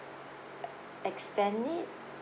e~ extend it